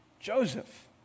Joseph